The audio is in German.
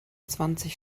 zwanzig